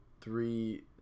three